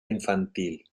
infantil